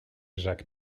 jacques